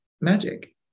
magic